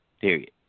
Period